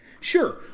Sure